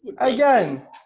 Again